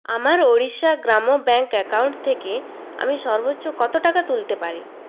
আমার ওড়িশা গ্রাম্য bank account থেকে আমি সর্বোচ্চ কত টাকা তুলতে পারি